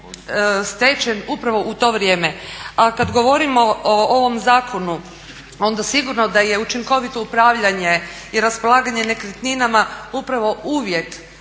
stečen upravo u to vrijeme. A kada govorimo o ovom zakonu onda sigurno da je učinkovito upravljanje i raspolaganje nekretninama upravo uvjet